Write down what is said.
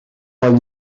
bon